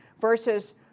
versus